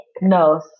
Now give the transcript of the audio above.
No